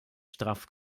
straff